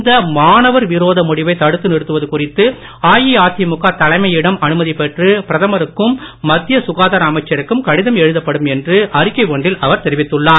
இந்தமாணவர்விரோதமுடிவைதடுத்துநிறுத்துவதுகுறித்துஅஇஅதிமுகத லைமையிடம்அனுமதிபெற்றுபிரதமருக்கும் மத்தியசுகாதாரஅமைச்சருக்கும்கடிதம்எழுதப்படும்என்றுஅறிக்கைஒன்றில் அவர்தெரிவித்துள்ளார்